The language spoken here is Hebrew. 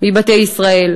ל-140,000 אנשים בבתי ישראל.